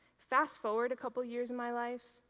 fast forward a couple years in my life,